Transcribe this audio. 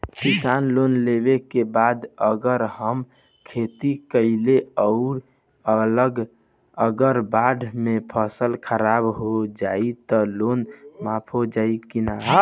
किसान लोन लेबे के बाद अगर हम खेती कैलि अउर अगर बाढ़ मे फसल खराब हो जाई त लोन माफ होई कि न?